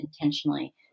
intentionally